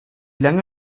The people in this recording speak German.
lange